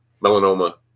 melanoma